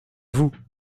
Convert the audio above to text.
vous